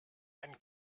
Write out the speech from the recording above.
einen